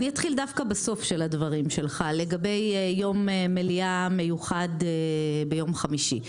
אני אתחיל דווקא בסוף שלד הדברים שלך לגבי יום מליאה מיוחד ביום חמישי.